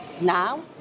Now